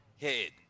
head